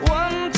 one